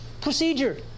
procedure